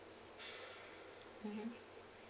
mmhmm